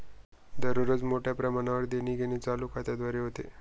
दररोज मोठ्या प्रमाणावर देणीघेणी चालू खात्याद्वारे होते